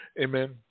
Amen